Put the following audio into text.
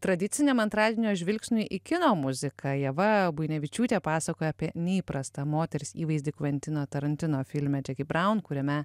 tradiciniam antradienio žvilgsniui į kino muziką ieva buinevičiūtė pasakoja apie neįprastą moters įvaizdį kventino tarantino filme džeki braun kuriame